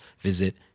visit